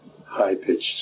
high-pitched